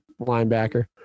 linebacker